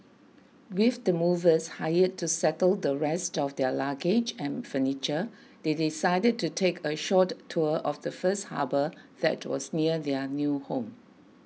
with the movers hired to settle the rest of their luggage and furniture they decided to take a short tour first of the harbour that was near their new home